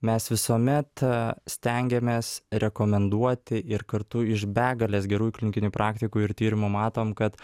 mes visuomet stengiamės rekomenduoti ir kartu iš begalės gerųjų klinikinių praktikų ir tyrimų matom kad